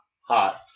Hot